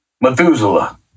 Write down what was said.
Methuselah